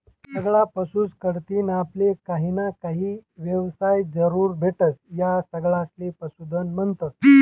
सगळा पशुस कढतीन आपले काहीना काही येवसाय जरूर भेटस, या सगळासले पशुधन म्हन्तस